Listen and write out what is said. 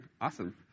Awesome